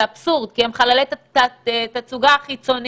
זה אבסורד, כי מדובר בחללי תצוגה חיצוניים.